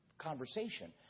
conversation